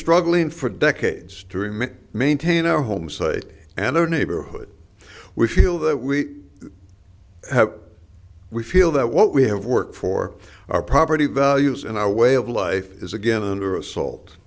struggling for decades to remain maintain our homes and or neighborhood we feel that we have we feel that what we have worked for our property values and our way of life is again under assault